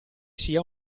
sia